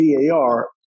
VAR